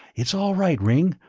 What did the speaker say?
it's all right, ringg,